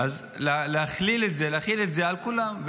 אז להחיל את זה על כולם,